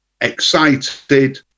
excited